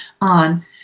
on